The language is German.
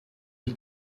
die